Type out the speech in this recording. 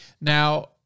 Now